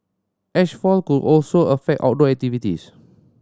ash fall could also affect outdoor activities